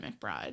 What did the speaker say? McBride